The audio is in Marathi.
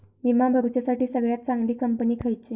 विमा भरुच्यासाठी सगळयात चागंली कंपनी खयची?